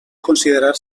considerar